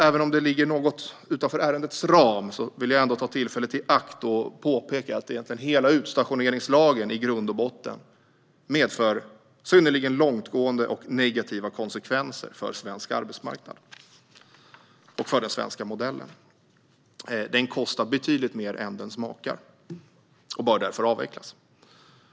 Även om det ligger något utanför ärendets ram vill jag ändå ta tillfället i akt att påpeka att hela utstationeringslagen i grund och botten medför synnerligen långtgående och negativa konsekvenser för svensk arbetsmarknad och för den svenska modellen. Den kostar betydligt mer än den smakar och bör därför avvecklas.